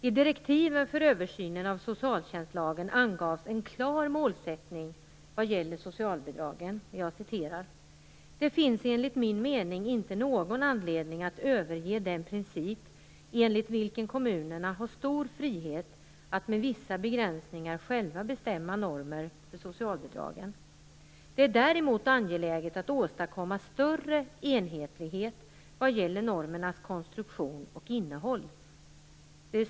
I direktiven för översynen av socialtjänstlagen angavs en klar målsättning vad gäller socialbidragen: "Det finns enligt min mening inte någon anledning att överge den princip, enligt vilken kommunerna har stor frihet att med vissa begränsningar själva bestämma normer för socialbidragen. Det är däremot angeläget att åstadkomma större enhetlighet vad gäller normernas konstruktion och innehåll."